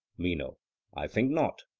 meno i think not.